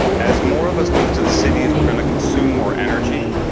as more of us move to the cities, we're going to consume more energy.